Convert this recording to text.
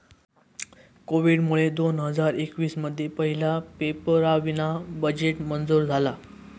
कोविडमुळे दोन हजार एकवीस मध्ये पहिला पेपरावीना बजेट मंजूर झाला